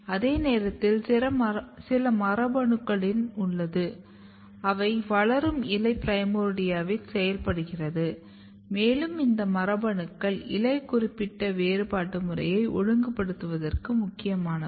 அதே நேரத்தில் சில மரபணுக்களின் உள்ளது அவை வளரும் இலை பிரைமோர்டியாவில் செயல்படுகிறது மேலும் இந்த மரபணுக்கள் இலை குறிப்பிட்ட வேறுபாடு முறையை ஒழுங்குபடுத்துவதற்கு முக்கியமானவை